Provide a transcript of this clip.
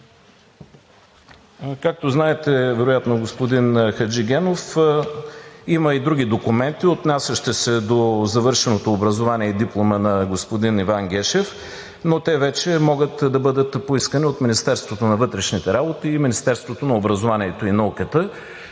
Както знаете вероятно, господин Хаджигенов, има и други документи, отнасящи се до завършеното образование и диплома на господин Иван Гешев, но те вече могат да бъдат поискани от Министерството на вътрешните работи и Министерството на образованието и науката.